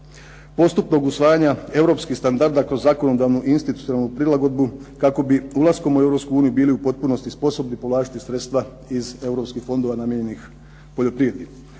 postupnog usvajanja europskih standarda kroz zakonodavnu i institucionalnu prilagodbu kako bi ulaskom u Europsku uniju bili u potpunosti sposobni povlačiti sredstva iz europskih fondova namijenjenih poljoprivredi.